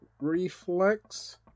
reflex